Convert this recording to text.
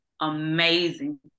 amazing